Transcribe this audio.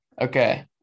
Okay